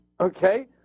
okay